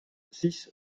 six